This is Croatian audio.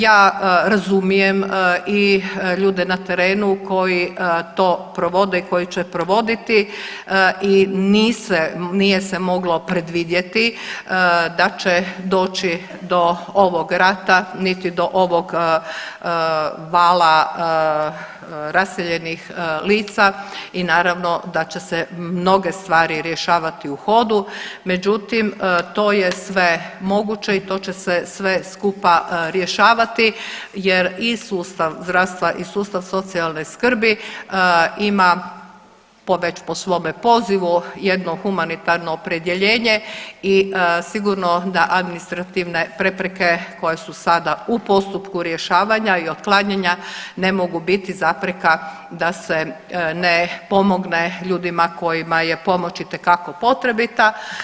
Ja razumijem i ljude na terenu koji to provode i koji će provoditi i nije se moglo predvidjeti da će doći do ovog rata, niti do ovog vala raseljenih lica i naravno da će se mnoge stvari rješavati u hodu, međutim to je sve moguće i to će se sve skupa rješavati jer i sustav zdravstva i sustav socijalne skrbi ima po već po svome pozivu jedno humanitarno opredjeljenje i sigurno da administrativne prepreke koje su sada u postupku rješavanja i otklanjanja ne mogu biti zapreka da se ne pomogne ljudima kojima je pomoć itekako potrebita.